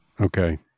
Okay